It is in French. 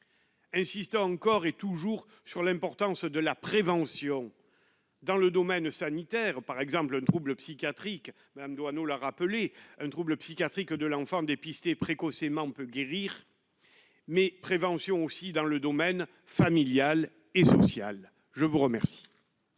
Insistons encore et toujours sur l'importance de la prévention dans le domaine sanitaire par exemple troubles psychiatriques madame doit nous la rappeler un trouble psychiatrique de l'enfant dépister précocement peut guérir mais prévention aussi dans le domaine familial et social, je vous remercie.